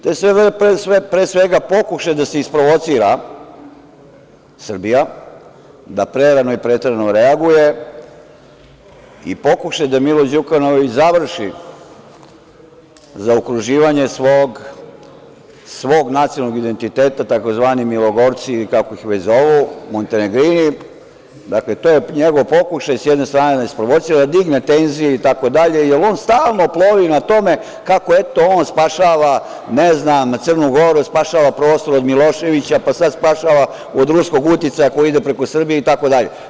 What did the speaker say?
To je pre svega pokušaj da se isprovocira Srbija, da prerano i preterano reaguje i pokušaj da Milo Đukanović završi zaokruživanje svog nacionalnog identiteta tzv. Milogorci ili kako se već zovu, Montenegrini, dakle to je njegov pokušaj, s jedne strane, da isprovocira da digne tenzije itd, jer on stalno plovi na tome kako, eto, on spašava, ne znam Crnu Goru, spašava prostor od Miloševića, pa sad spašava od ruskog uticaja koji ide preko Srbije itd.